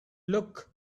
look